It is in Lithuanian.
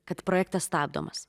kad projektas stabdomas